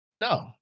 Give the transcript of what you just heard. No